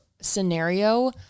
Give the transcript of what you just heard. scenario